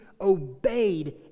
obeyed